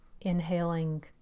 Inhaling